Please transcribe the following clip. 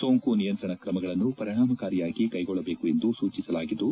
ಸೋಂಕು ನಿಯಂತ್ರಣ ಕ್ರಮಗಳನ್ನು ಪರಿಣಾಮಕಾರಿಯಾಗಿ ಕ್ಕೆಗೊಳ್ಳಬೇಕು ಎಂದು ಸೂಚಿಸಲಾಗಿದ್ದು